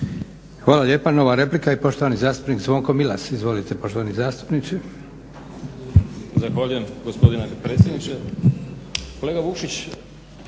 Hvala lijepa. Nova replika i poštovani zastupnik Zvonko Milas. Izvolite poštovani zastupniče.